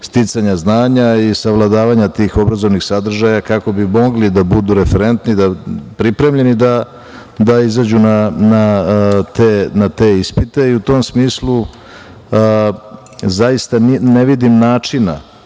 sticanja znanja i savladavanja tih obrazovnih sadržaja, kako bi mogli da budu referentni, pripremljeni da izađu na te ispiteU tom smislu, zaista ne vidim načina